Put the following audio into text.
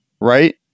right